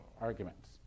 arguments